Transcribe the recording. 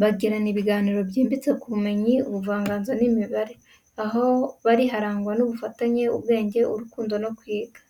Bagirana ibiganiro byimbitse ku bumenyi, ubuvanganzo, n’imibare. Aho bari harangwa n’ubufatanye, ubwenge, n’urukundo rwo kwiga.